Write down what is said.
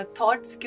Thoughts